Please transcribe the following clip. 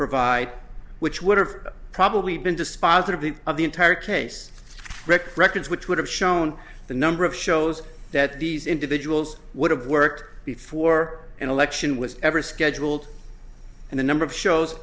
provide which would have probably been dispositive of the entire case records which would have shown the number of shows that these individuals would have worked before an election was ever scheduled and the number of shows